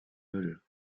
müll